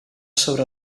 sobre